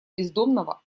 бездомного